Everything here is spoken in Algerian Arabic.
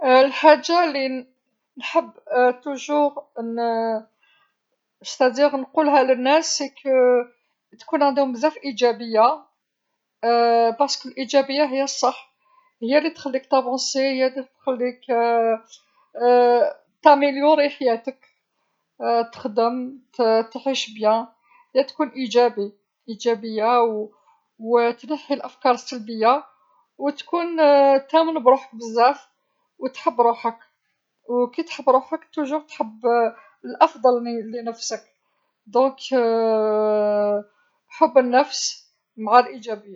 الحاجة اللي نحب دائما يعني نقولها لناس هيا تكون عندهم بزاف إيجابية لأن إيجابية هيا الصح هيا اللي تخليك تتقدم، هيا اللي تخليك تبلور حياتك تخدم تعيش جيدا تكون إيجابي هذي هيا أو وتنحي أفكار سلبية وتكون تأمن بروحك بزاف وتحب روحك وكي تحب روحك دائما تحب أفضل لنفسك، لذا حب النفس مع إيجابية.